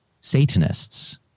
Satanists